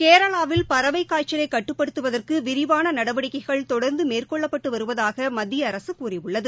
கேரளாவில் பறவைக் காய்ச்சலலை கட்டுப்படுத்துவதற்கு விரிவான நடவடிக்கைகள் தொடா்ந்து மேற்கொள்ளப்பட்டு வருவதாக மத்திய அரசு கூறியுள்ளது